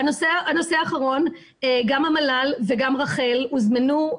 הנושא האחרון, גם המל"ל וגם רח"ל הוזמנו.